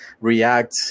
react